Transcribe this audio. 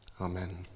amen